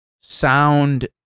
sound